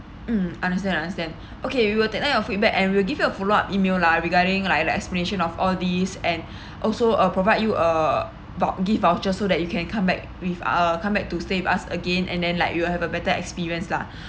mm understand understand okay we will take down your feedback and we will give you a follow up E-mail lah regarding like the explanation of all these and also uh provide you uh door gift voucher so that you can come back with uh come back to stay us again and then like you will have a better experience lah